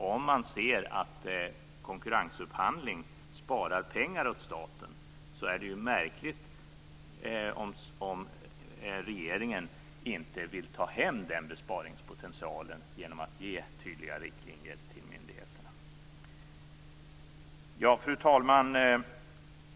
Om man ser att konkurrensupphandling sparar pengar åt staten är det märkligt om regeringen inte vill ta hem den besparingspotentialen genom att ge tydliga riktlinjer till myndigheterna. Fru talman!